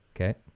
Okay